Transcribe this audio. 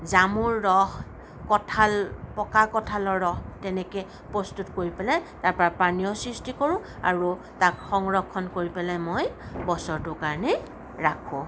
জামু ৰস কঠাল পকা কঠালৰ ৰস তেনেকে প্ৰস্তুত কৰি পেলাই তাৰ পৰা পানীয় সৃষ্টি কৰোঁ আৰু তাক সংৰক্ষণ কৰি পেলাই মই বছৰটোৰ কাৰণে ৰাখোঁ